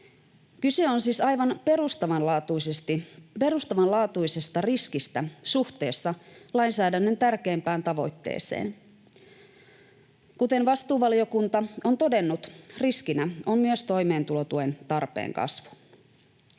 Kyse on siis aivan perustavanlaatuisesta riskistä suhteessa lainsäädännön tärkeimpään tavoitteeseen. Kuten vastuuvaliokunta on todennut, riskinä on myös toimeentulotuen tarpeen kasvu.